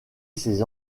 ses